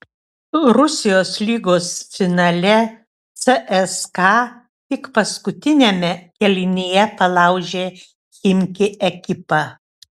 rusijos lygos finale cska tik paskutiniame kėlinyje palaužė chimki ekipą